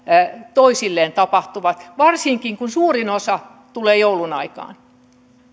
toisilleen lähettävät varsinkin kun suurin osa tulee joulun aikaan